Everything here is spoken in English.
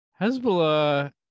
Hezbollah